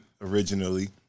originally